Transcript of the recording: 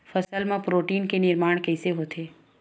फसल मा प्रोटीन के निर्माण कइसे होथे?